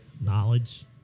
Knowledge